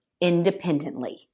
independently